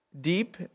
deep